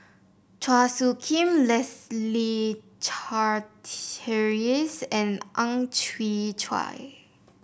Chua Soo Khim Leslie Charteris and Ang Chwee Chai